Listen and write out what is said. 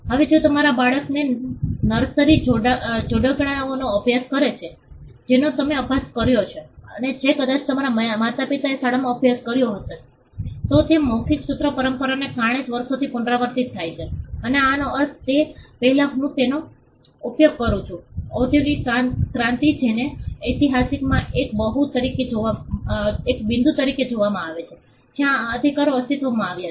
હવે જો તમારા બાળકો નર્સરી જોડકણાઓનો અભ્યાસ કરે છે જેનો તમે અભ્યાસ કર્યો છે અને જે કદાચ તમારા માતાપિતાએ શાળામાં અભ્યાસ કર્યો છે તો તે મૌખિક સૂત્ર પરંપરાને કારણે છે જે વર્ષોથી પુનરાવર્તિત થાય છે અને આનો અર્થ તે પહેલાં હું તેનો ઉપયોગ કરું છું ઓદ્યોગિક ક્રાંતિ જેને ઇતિહાસમાં એક બિંદુ તરીકે જોવામાં આવે છે જ્યાં આ અધિકારો અસ્તિત્વમાં આવ્યા છે